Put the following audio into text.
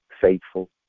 faithful